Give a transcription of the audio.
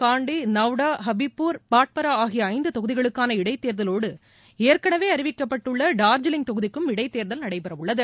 காண்டி நவ்டா ஹபீப்பூர் பாட்பாரா ஆகிய ஐந்து தொகுதிகளுக்கான இடைத்தேர்தலோடு ஏற்கனவே அறிவிக்கப்பட்டுள்ள டார்ஜிலிங் தொகுதிக்கும் இடைத் தேர்தல் நடைபெறவுள்ளது